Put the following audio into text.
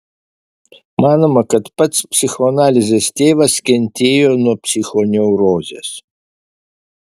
manoma kad pats psichoanalizės tėvas kentėjo nuo psichoneurozės